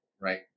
right